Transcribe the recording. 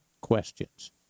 questions